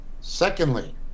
Secondly